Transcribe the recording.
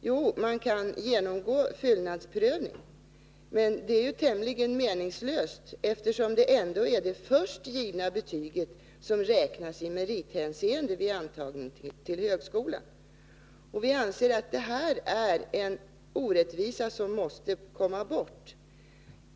Man kan visserligen genomgå fyllnadsprövning, men det är tämligen meningslöst, eftersom det ändå är det först givna betyget som räknas i merithänseende vid antagning till högskolan. Vi anser att det här är en orättvisa som måste komma bort.